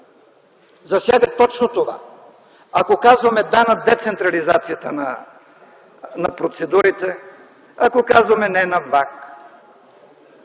засяга точно това. Ако казваме „да” на децентрализацията на процедурите, ако казваме „не” на ВАК,